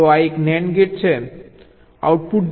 તો આ એક NAND ગેટ છે આઉટપુટ G છે